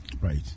Right